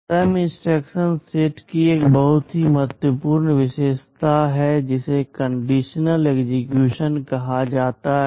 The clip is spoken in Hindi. ARM इंस्ट्रक्शन सेट की एक बहुत ही महत्वपूर्ण विशेषता है जिसे कंडीशनल एक्सेक्यूशन कहा जाता है